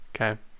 Okay